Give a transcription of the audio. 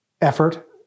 effort